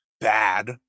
bad